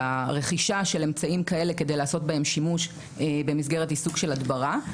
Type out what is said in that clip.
הרכישה של אמצעים כאלה כדי לעשות בהם שימוש במסגרת עיסוק של הדברה,